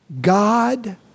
God